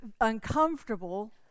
uncomfortable